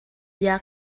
bia